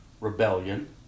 rebellion